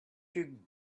you